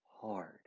hard